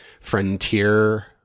frontier